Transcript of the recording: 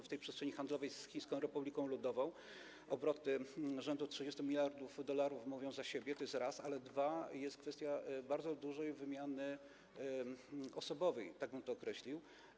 W przestrzeni handlowej z Chińską Republiką Ludową obroty rzędu 30 mld dolarów mówią za siebie, to po pierwsze, ale po drugie, jest kwestia bardzo dużej wymiany osobowej, tak bym to określił.